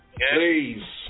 Please